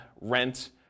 rent